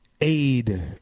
aid